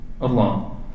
Allah